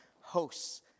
hosts